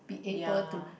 ya